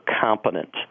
competent